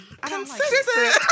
consistent